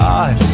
God